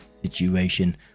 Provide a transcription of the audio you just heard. situation